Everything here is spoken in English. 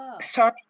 sorry